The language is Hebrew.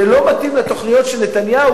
זה לא מתאים לתוכניות של נתניהו,